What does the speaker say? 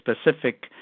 specific